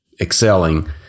excelling